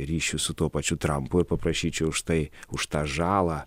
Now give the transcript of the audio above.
ryšius su tuo pačiu trampu ir paprašyčiau štai už tą žalą